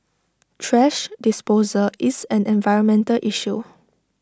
thrash disposal is an environmental issue